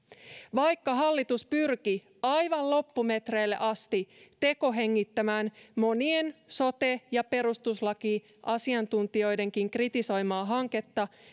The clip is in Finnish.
vaikka hallitus pyrki aivan loppumetreille asti tekohengittämään monien sote ja perustuslakiasiantuntijoidenkin kritisoimaa hanketta